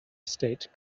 state